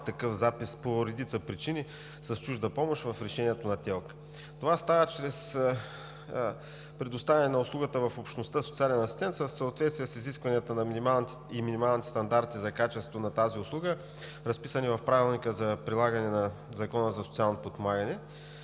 време по редица причини нямат запис „с чужда помощ“ в решението на ТЕЛК. Това става чрез предоставяне на услугата „социален асистент“ в съответствие с изискванията и минималните стандарти за качество на тази услуга, разписани в Правилника за прилагане на Закона за социалното подпомагане.